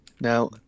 Now